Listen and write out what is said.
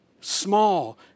Small